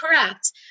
correct